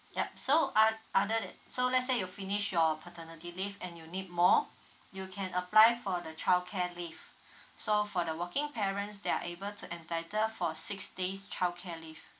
yup so ot~ other than so let's say you finish your paternity leave and you need more you can apply for the childcare leave so for the working parents they are able to entitle for six days childcare leave